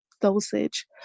dosage